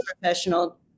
professional